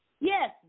Yes